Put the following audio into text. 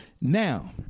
Now